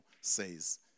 says